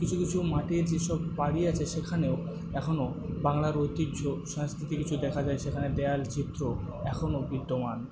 কিছু কিছু মাটির যেসব বাড়ি আছে সেখানেও এখনো বাংলার ঐতিহ্য সংস্কৃতি কিছু দেখা যায় সেখানে দেওয়াল চিত্র এখনো বিদ্যমান